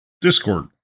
discord